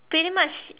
pretty much